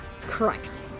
Correct